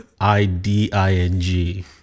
I-D-I-N-G